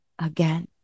again